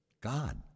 God